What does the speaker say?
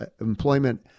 employment